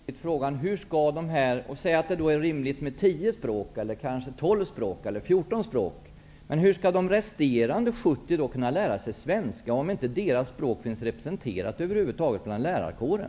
Herr talman! Jag måste ställa en fråga. Om det är rimligt med 10, 12 eller 14 språk, hur skall då de som talar något av de resterande 70 språken kunna lära sig svenska, om deras språk över huvud taget inte finns representerat i lärarkåren?